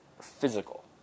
physical